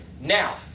Now